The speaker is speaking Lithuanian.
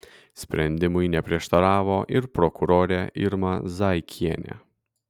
sprendimui neprieštaravo ir prokurorė irma zaikienė